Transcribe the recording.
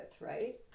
right